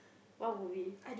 what movie